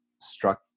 struck